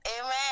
amen